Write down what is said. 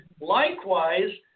Likewise